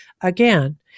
again